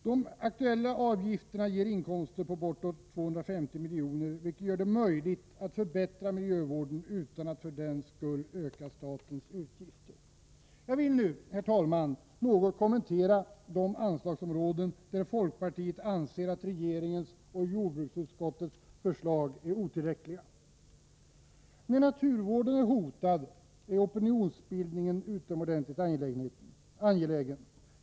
De aktuella avgifterna ger inkomster på bortåt 250 milj.kr., vilket gör det möjligt att förbättra miljövården utan att för den skull öka statens utgifter. Jag vill nu, herr talman, något kommentera de anslagsområden där folkpartiet anser att regeringens och jordbruksutskottets förslag är otillräckliga. När naturvården är hotad är opinionsbildningen utomordentligt angelägen.